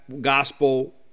gospel